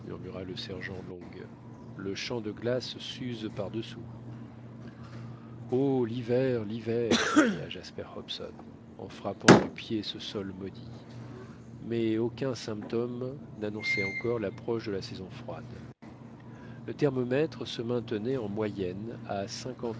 le sergent long le champ de glace s'use par-dessous oh l'hiver l'hiver s'écria jasper hobson en frappant du pied ce sol maudit mais aucun symptôme n'annonçait encore l'approche de la saison froide le thermomètre se maintenait en moyenne à